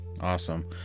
Awesome